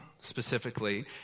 specifically